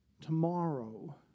Tomorrow